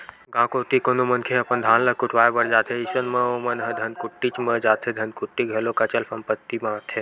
गाँव कोती कोनो मनखे ह अपन धान ल कुटावय बर जाथे अइसन म ओमन ह धनकुट्टीच म जाथे धनकुट्टी घलोक अचल संपत्ति म आथे